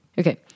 Okay